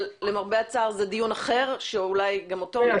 רק זה דיון אחר שאולי גם אותו נקיים פה.